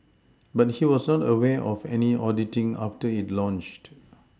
but he was not aware of any auditing after it launched